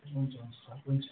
हुन्छ हुन्छ सर हुन्छ